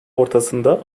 ortasında